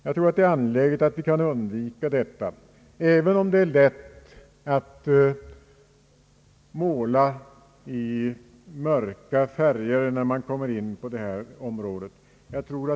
Jag anser det angeläget att undvika detta, även om vi har lätt att måla i mörka färger, när vi kommer in på detta område.